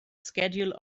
schedule